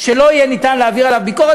שלא יהיה ניתן להעביר עליו ביקורת.